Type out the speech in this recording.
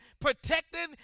protecting